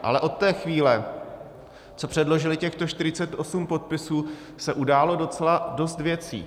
Ale od té chvíle, co předložili těchto 48 podpisů, se událo docela dost věcí.